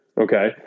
Okay